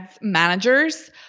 managers